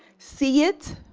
see it.